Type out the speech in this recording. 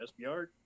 SBR